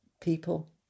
people